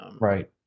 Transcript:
right